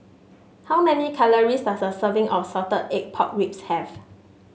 how many calories does a serving of Salted Egg Pork Ribs have